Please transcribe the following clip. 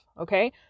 Okay